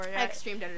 Extreme